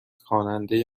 خواننده